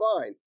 fine